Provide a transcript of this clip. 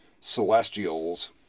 Celestials